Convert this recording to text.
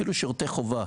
אפילו שירותי חובה,